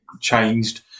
changed